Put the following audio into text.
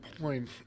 point